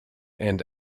and